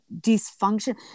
dysfunction